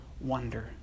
wonder